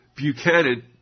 Buchanan